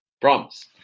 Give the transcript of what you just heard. Promise